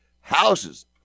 Houses